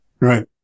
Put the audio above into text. Right